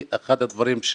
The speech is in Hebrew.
היום יום שני,